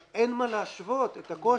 אבל אין מה להשוות את הקושי.